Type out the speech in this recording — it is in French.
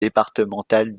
départementales